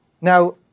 Now